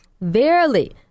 Verily